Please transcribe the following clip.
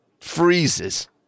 freezes